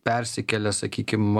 persikelia sakykim